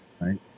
right